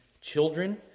children